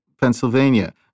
Pennsylvania